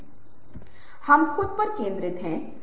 वह मानता है कि संचार मौखिक बातचीत का प्राथमिक उद्देश्य है